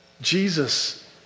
Jesus